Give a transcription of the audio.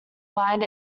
bind